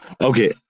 Okay